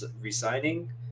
resigning